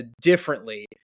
differently